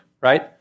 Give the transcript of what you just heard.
right